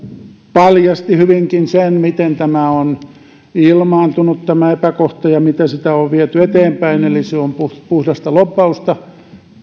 paljasti hyvinkin sen miten tämä epäkohta on ilmaantunut ja miten sitä on viety eteenpäin eli se on puhdasta lobbausta